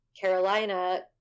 Carolina